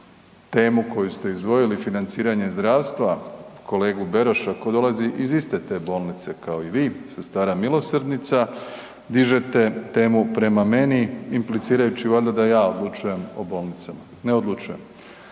temu koju ste izdvojili, financiranje zdravstva kolegu Beroša koji dolazi iz iste te bolnice kao i vi, Sestara milosrdnica, dižete temu prema meni impliciraju valjda da ja odlučujem o bolnicama. Ne odlučujem.